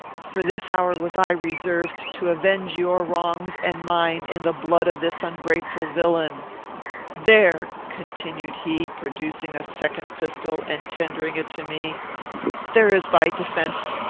for this hour was i reserved to avenge your wrongs and mine in the blood of this ungrateful villain there, continued he, producing a second pistol, and tendering it to me there is thy defence.